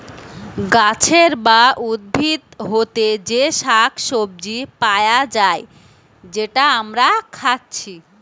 গাছের বা উদ্ভিদ হোতে যে শাক সবজি পায়া যায় যেটা আমরা খাচ্ছি